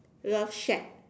love shack